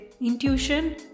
intuition